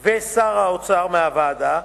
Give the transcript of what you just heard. ושר האוצר מהוועדה,